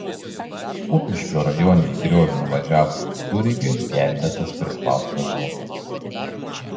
kupiškio rajone į griovį nuvažiavus visureigiui gelbėtas prispaustas žmogus